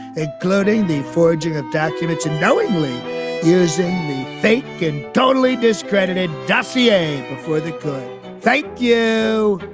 including the forging of documents and knowingly using the fake and totally discredited dossier before the court thank you